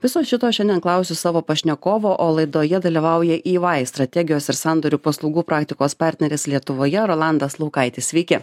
viso šito šiandien klausiu savo pašnekovo o laidoje dalyvauja ey strategijos ir sandorių paslaugų praktikos partneris lietuvoje rolandas laukaitis sveiki